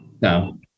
no